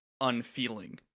unfeeling